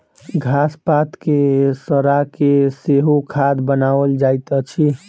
घास पात के सड़ा के सेहो खाद बनाओल जाइत अछि